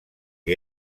que